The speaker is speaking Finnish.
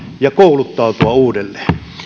ja kouluttautua uudelleen